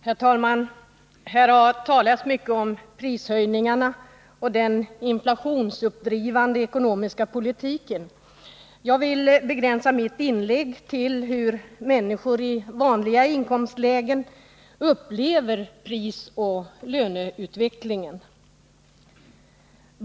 Herr talman! Här har talats mycket om prishöjningar och om den inflationsdrivande ekonomiska politiken. Jag vill begränsa mitt inlägg till hur människor i vanliga inkomstlägen upplever prisoch löneutvecklingen.